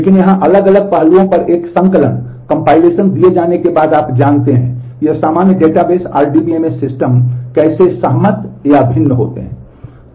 लेकिन यहाँ अलग अलग पहलुओं पर एक संकलन compilation दिए जाने के बाद आप जानते हैं ये सामान्य डेटाबेस RDMS सिस्टम कैसे सहमत या भिन्न होते हैं